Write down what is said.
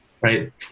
right